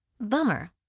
Bummer